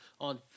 on